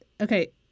okay